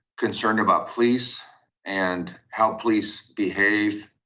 concerned about police and how police behave.